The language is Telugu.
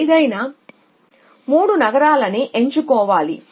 ఏదైనా 3 నగరాలను నేను ఎంచుకోవాలి